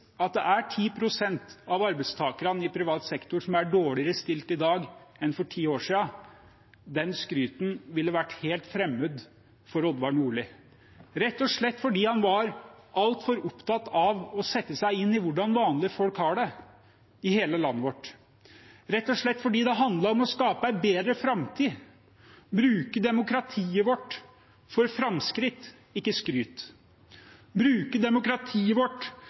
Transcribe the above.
det er 10 pst. av arbeidstakerne i privat sektor som er dårligere stilt i dag enn for ti år siden – det skrytet ville vært helt fremmed for Odvar Nordli, rett og slett fordi han var altfor opptatt av å sette seg inn i hvordan vanlige folk har det i hele landet vårt, rett og slett fordi det handlet om å skape en bedre framtid, bruke demokratiet vårt for framskritt, ikke skryt, og bruke demokratiet vårt